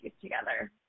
together